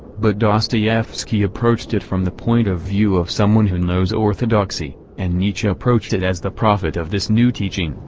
but dostoyevsky approached it from the point of view of someone who knows orthodoxy, and nietzsche approached it as the prophet of this new teaching,